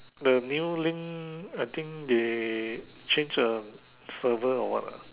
the new link I think they change the server or what lah